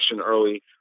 early